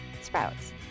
Sprouts